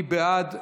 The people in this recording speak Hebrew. מי בעד?